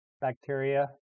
bacteria